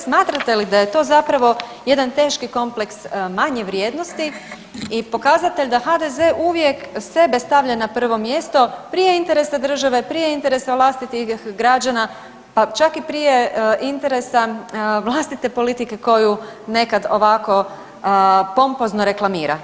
Smatrate li da je to zapravo jedan teški kompleks manje vrijednosti i pokazatelj da HDZ-e uvijek sebe stavlja na prvo mjesto prije interesa države, prije interesa vlastitih građana, pa čak i prije interesa vlastite politike koju nekad ovako pompozno reklamira?